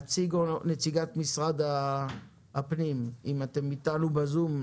נציגת המשרד לביטחון פנים, אם אתם איתנו בזום,